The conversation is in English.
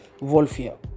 Wolfia